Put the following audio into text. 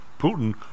Putin